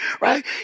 right